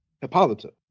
Hippolyta